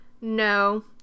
No